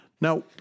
Now